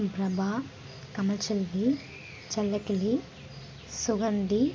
Prabha Tamilselvi Chellakili Suganthi